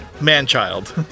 man-child